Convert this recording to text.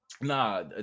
nah